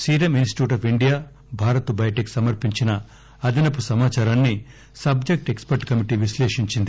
serum Institute of India Bharat Biotech సమర్పించిన అదనపు సమాచారాన్ని సబ్లెక్ట్ ఎక్స్పర్ల్ కమిటీ విశ్లేషించింది